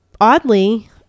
oddly